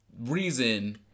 reason